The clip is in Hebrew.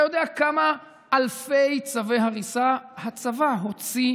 אתה יודע כמה אלפי צווי הריסה הצבא הוציא